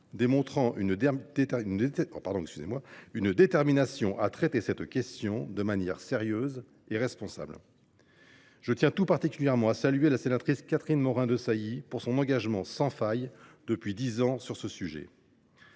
démontrant une détermination à traiter cette question de manière sérieuse et responsable. Je tiens tout particulièrement à saluer la sénatrice Catherine Morin Desailly pour son engagement sans faille depuis dix ans sur le sujet.